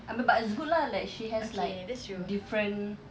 I mean but it's good lah like she has different